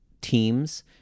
teams